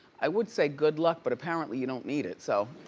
i would say good luck but apparently you don't need it. so